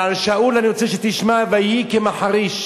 אבל על שאול, אני רוצה שתשמע: "ויהי כמחריש".